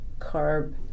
carb